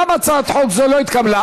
גם הצעת חוק זו לא התקבלה.